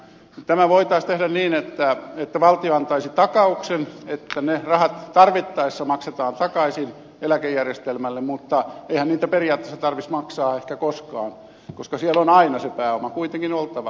tämä voitaisiin tehdä niin että valtio antaisi takauksen että ne rahat tarvittaessa maksetaan takaisin eläkejärjestelmälle mutta eihän niitä periaatteessa tarvitsisi maksaa ehkä koskaan koska siellä on aina se pääoma kuitenkin oltava